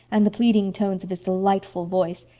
and the pleading tones of his delightful voice,